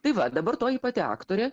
tai va dabar toji pati aktorė